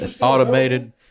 Automated